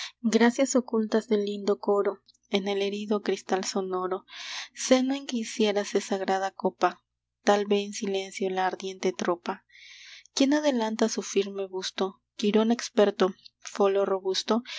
gracias ocultas del lindo coro en el herido cristal sonoro seno en que hiciérase sagrada copa tal ve en silencio la ardiente tropa quién adelanta su firme busto qirón experto folo robusto